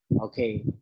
okay